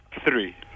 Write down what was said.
Three